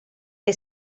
che